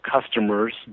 customer's